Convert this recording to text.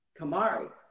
Kamari